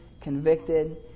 convicted